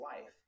life